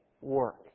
work